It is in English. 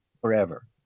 forever